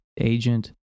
agent